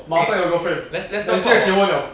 okay let's let's let's talk about